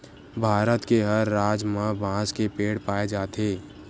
भारत के हर राज म बांस के पेड़ पाए जाथे